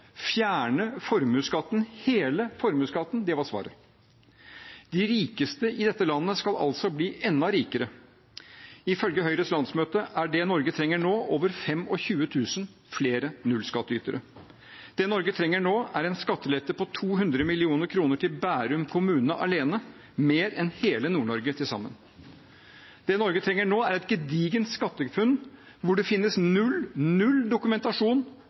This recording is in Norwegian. fjerne formuesskatten, hele formuesskatten, det var svaret. De rikeste i dette landet skal altså bli enda rikere. Ifølge Høyres landsmøte er det Norge trenger nå, over 25 000 flere nullskatteytere. Det Norge trenger nå, er en skattelette på 200 mill. kr til Bærum kommune alene, mer enn til hele Nord-Norge til sammen. Det Norge trenger nå, er et gedigent skattekutt hvor det finnes null – null – dokumentasjon